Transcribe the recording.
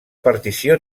partició